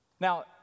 Now